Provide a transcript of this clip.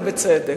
ובצדק.